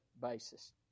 basis